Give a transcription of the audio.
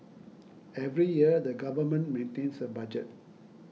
every year the government maintains a budget